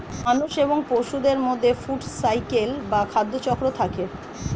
মানুষ এবং পশুদের মধ্যে ফুড সাইকেল বা খাদ্য চক্র থাকে